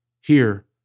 Here